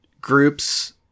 groups